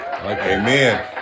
Amen